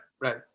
right